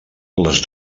les